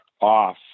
off